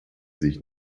sich